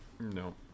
No